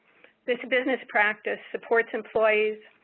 this business practice supports employees,